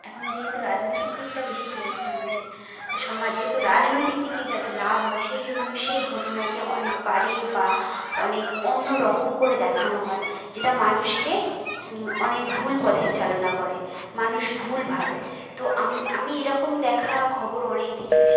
এখন যেহেতু রাজনৈতিক দিকটা বেশি চলছে আমাদের সমাজে তো রাজনৈতিক দিকে যাতে লাভ হয় সেই জন্য সেই ঘটনাকে অনেক বাড়িয়ে বা অনেক অন্য রকম করে দেখানো হয় যেটা মানুষকে অনেক ভুল পথে চালনা করে মানুষ ভুলভাবে তো আমি এরকম দেখা খবর অনেক দেখেছি